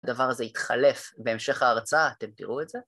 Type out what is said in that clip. הדבר הזה יתחלף בהמשך ההרצאה, אתם תראו את זה.